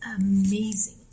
amazing